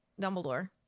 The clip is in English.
Dumbledore